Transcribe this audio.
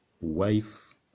wife